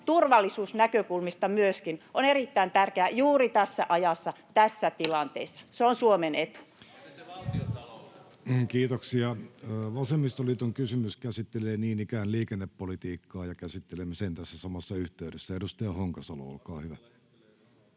turvallisuusnäkökulmista, on erittäin tärkeä juuri tässä ajassa, tässä tilanteessa. Se on Suomen etu. [Timo Harakka: Entä se valtiontalous?] Vasemmistoliiton kysymys käsittelee niin ikään liikennepolitiikkaa, ja käsittelemme sen tässä samassa yhteydessä. — Edustaja Honkasalo, olkaa hyvä.